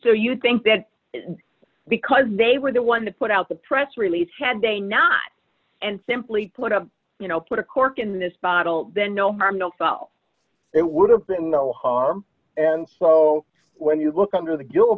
so you think that because they were the one that put out the press release had they not and simply put up you know put a cork in this bottle then no harm no foul it would have been no harm and so d when you look under the gil